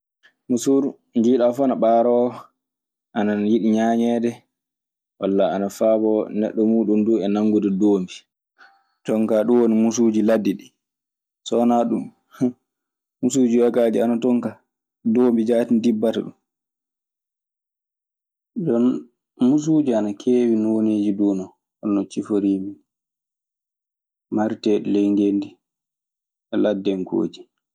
Musuuru nde njiida fuu ana ɓaaroo, ana yiɗi ñaañeede wala, ana faabo neɗɗo muuɗum duu e nanngude doombi. jonkaa ɗun woni muusuuji ladde ɗii. So wanaa ɗun, hmm, muusuuji yogaaji ton kaa doombi jaati ndibbata ɗun. Joni non musuuji ana keewi nooneeji du non, hol no ciforii ni: mareteeɗi ley ngendi e laddenkooji.